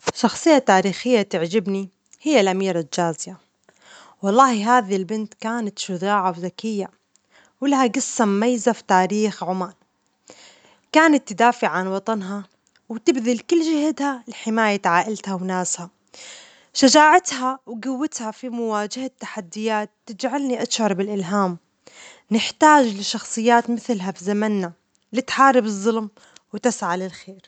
شخصية تاريخية تعجبني هي الأميرة تشيلسيا ، والله هذه البنت كانت شجاعة وذكية، ولها جصة مميزة في تاريخ عمان، كانت تدافع عن وطنها وتبذل كل جهدها لحماية عائلتها وناسها، شجاعتها وجوتها في مواجهة التحديات تجعلني أشعر بالإلهام، نحتاج لشخصيات مثلها في زمننا لتحارب الظلم وتسعى للخير.